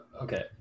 Okay